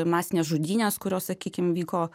masinės žudynės kurios sakykim vyko